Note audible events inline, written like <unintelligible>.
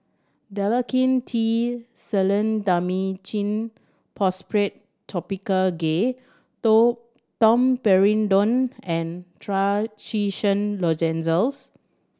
Dalacin T Clindamycin Phosphate Topical Gel <unintelligible> Domperidone and Trachisan Lozenges